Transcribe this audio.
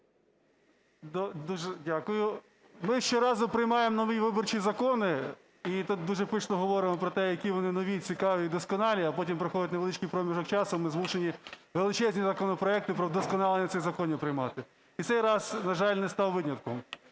Дуже дякую. Ми щоразу приймаємо нові виборчі закони і тут дуже пишно говоримо про те, які вони нові, цікаві, досконалі. А потім проходить невеличкий проміжок часу - і ми змушені величезні законопроекти про вдосконалення цих законів приймати. І цей раз, на жаль, не став винятком.